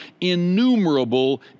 innumerable